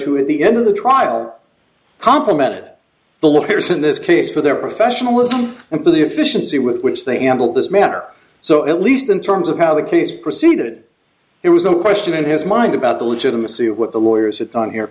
who at the end of the trial complimented the look there's in this case for their professionalism and for the efficiency with which they handled this matter so at least in terms of how the case proceeded there was no question in his mind about the legitimacy of what the lawyers had done here